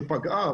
ופגעה,